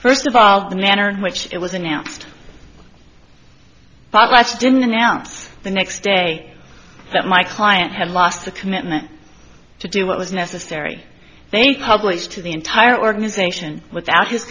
first of all the manner in which it was announced progress didn't announce the next day that my client had lost the commitment to do what was necessary they published to the entire organization without his